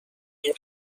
این